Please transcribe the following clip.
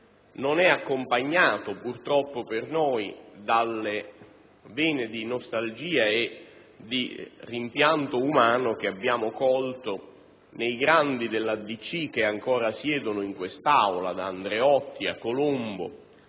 non è accompagnato (purtroppo per noi) dalle vene di nostalgia e di rimpianto umano che abbiamo colto nei grandi della DC che ancora siedono in quest'Aula, da Andreotti, a Colombo,